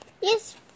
Yes